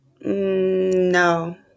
No